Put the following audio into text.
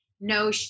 No